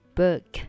book